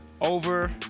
over